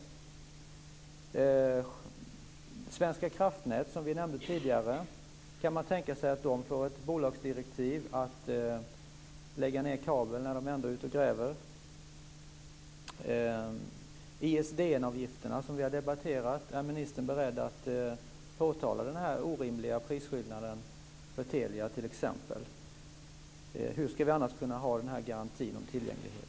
Kan man tänka sig att Svenska Kraftnät, som vi nämnde tidigare, får ett bolagsdirektiv att lägga ned kabel när man ändå är ute och gräver? ISDN-avgifterna har vi debatterat. Är ministern beredd att påtala den orimliga prisskillnaden för Telia, t.ex.? Hur skall vi annars kunna ha den här garantin om tillgänglighet?